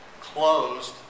closed